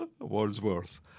Wordsworth